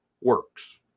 works